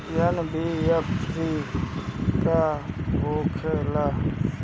NBFC का होंखे ला?